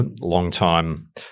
long-time